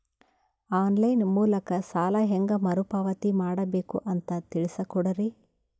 On line ಮೂಲಕ ಸಾಲ ಹೇಂಗ ಮರುಪಾವತಿ ಮಾಡಬೇಕು ಅಂತ ತಿಳಿಸ ಕೊಡರಿ?